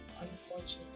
Unfortunate